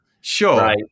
Sure